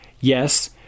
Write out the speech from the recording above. Yes